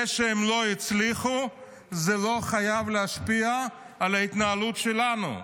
זה שהם לא הצליחו לא חייב להשפיע על ההתנהלות שלנו.